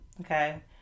okay